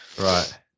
Right